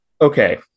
Okay